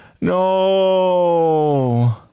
No